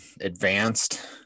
advanced